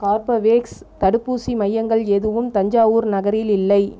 Corbevax தடுப்பூசி மையங்கள் எதுவும் தஞ்சாவூர் நகரில் இல்லை